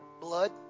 blood